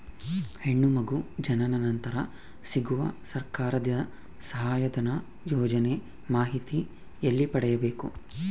ಹೆಣ್ಣು ಮಗು ಜನನ ನಂತರ ಸಿಗುವ ಸರ್ಕಾರದ ಸಹಾಯಧನ ಯೋಜನೆ ಮಾಹಿತಿ ಎಲ್ಲಿ ಪಡೆಯಬೇಕು?